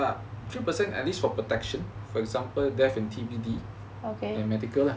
ya three percent at least for protection for example death in T_B_D and medical lah